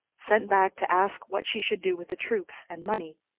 sent back to ask what she should do with the troops, and money,